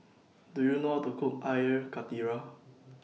Do YOU know How to Cook Air Karthira